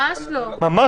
ממש לא.